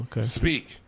speak